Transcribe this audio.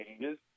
changes